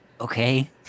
okay